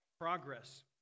Progress